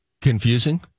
confusing